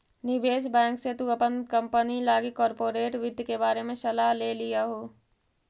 निवेश बैंक से तु अपन कंपनी लागी कॉर्पोरेट वित्त के बारे में सलाह ले लियहू